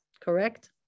correct